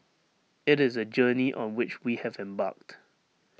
IT is A journey on which we have embarked